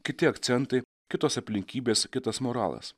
kiti akcentai kitos aplinkybės kitas moralas